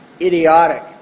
idiotic